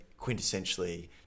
quintessentially